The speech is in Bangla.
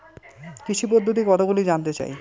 কৃষি পদ্ধতি কতগুলি জানতে চাই?